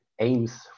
aims